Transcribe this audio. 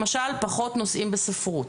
למשל, פחות נושאים בספרות.